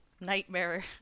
nightmare